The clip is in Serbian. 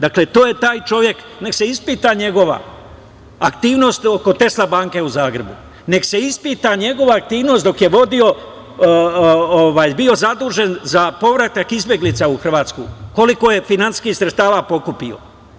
Dakle, to je taj čovek, nek se ispita njegova aktivnost oko „Tesla banke“ u Zagrebu, nek se ispita njegova aktivnost dok je bio zadužen za povratak izbeglica u Hrvatsku, koliko je finansijskih sredstava pokupio.